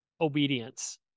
obedience